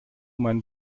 mein